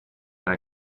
tra